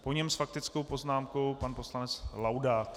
Po něm s faktickou poznámkou pan poslanec Laudát.